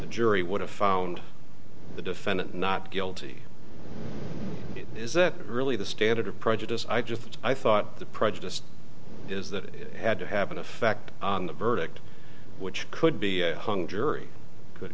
the jury would have found the defendant not guilty is that really the standard of prejudice i just i thought the prejudice is that it had to have an effect on the verdict which could be hung jury could